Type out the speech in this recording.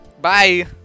Bye